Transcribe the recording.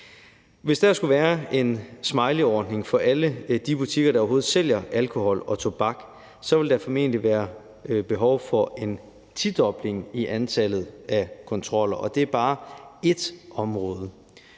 Hvis der skulle være en smileyordning for alle de butikker, der overhovedet sælger alkohol og tobak, vil der formentlig være behov for en tidobling i antallet af kontroller, og det er bare ét område.